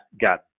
got